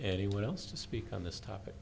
anyone else to speak on this topic